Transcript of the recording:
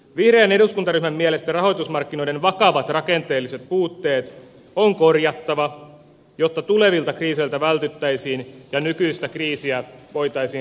vihreän eduskuntaryhmän mielestä rahoitusmarkkinoiden vakavat rakenteelliset puutteet on korjattava jotta tulevilta kriiseiltä vältyttäisiin ja nykyistä kriisiä voitaisiin rajoittaa